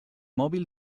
mòbil